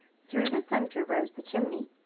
through the center rose the chimney.